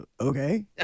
Okay